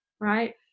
right